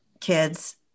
kids